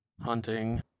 hunting